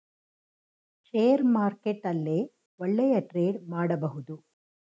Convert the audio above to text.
share market ಅಲ್ಲೇ ಒಳ್ಳೆಯ trade ಮಾಡಬಹುದು